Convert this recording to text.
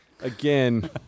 Again